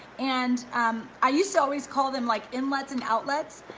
and i used to always call them like inlets and outlets.